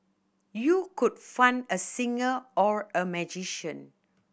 you could fund a singer or a magician